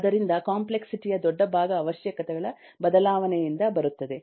ಆದ್ದರಿಂದ ಕಾಂಪ್ಲೆಕ್ಸಿಟಿ ಯ ದೊಡ್ಡ ಭಾಗ ಅವಶ್ಯಕತೆಗಳ ಬದಲಾವಣೆಯಿಂದ ಬರುತ್ತದೆ